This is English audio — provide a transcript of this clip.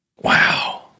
Wow